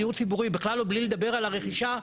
דיור ציבורי בכלל בלי לדבר על הרכישה,